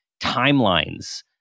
timelines